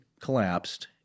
collapsed